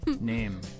Name